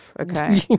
Okay